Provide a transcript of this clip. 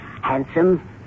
handsome